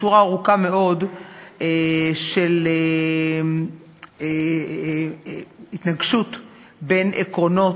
לשורה ארוכה מאוד של התנגשויות בין עקרונות,